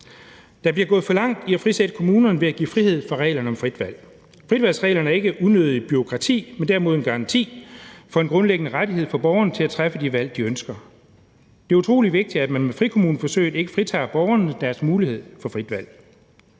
Der bliver gået for langt i at frisætte kommunerne ved at give frihed fra reglerne om frit valg. Fritvalgsreglerne er ikke unødigt bureaukrati, men derimod en garanti for en grundlæggende rettighed for borgerne til at træffe de valg, de ønsker at træffe. Det er utrolig vigtigt, at man med frikommuneforsøget ikke fratager borgerne deres mulighed for frit valg.